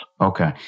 Okay